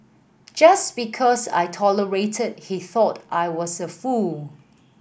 just because I tolerated he thought I was a fool